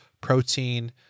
protein